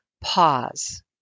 pause